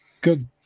good